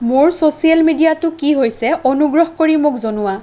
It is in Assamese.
মোৰ ছ'চিয়েল মিডিয়াটো কি হৈছে অনুগ্ৰহ কৰি মোক জনোৱা